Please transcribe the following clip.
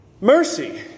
mercy